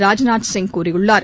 ராஜ்நாத் சிங் கூறியுள்ளார்